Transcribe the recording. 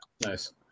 Nice